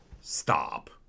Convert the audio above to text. stop